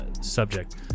subject